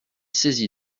saisi